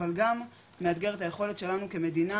אבל גם מאתגר את היכולת שלנו כמדינה,